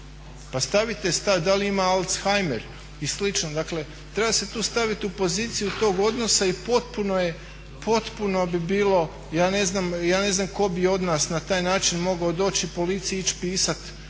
u prometu, da li ima alzheimer i slično. Dakle treba se tu staviti u poziciju tog odnosa i potpuno bi bilo ja ne znam tko bi od nas na taj način mogao doći policiji i ići pisati